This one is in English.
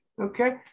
Okay